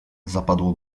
zapadło